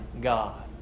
God